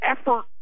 effort